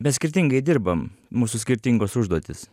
mes skirtingai dirbam mūsų skirtingos užduotys